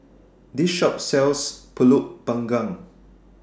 This Shop sells Pulut Panggang